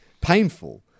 painful